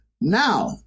Now